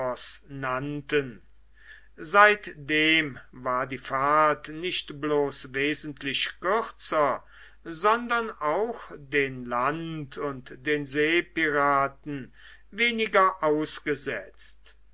seitdem war die fahrt nicht bloß wesentlich kürzer sondern auch den land und den seepiraten weniger ausgesetzt